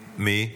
מי?